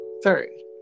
Sorry